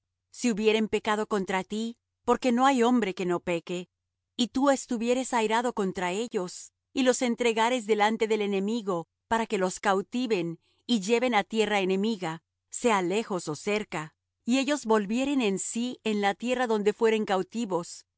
y les harás derecho si hubieren pecado contra ti porque no hay hombre que no peque y tú estuvieres airado contra ellos y los entregares delante del enemigo para que los cautiven y lleven á tierra enemiga sea lejos ó cerca y ellos volvieren en sí en la tierra donde fueren cautivos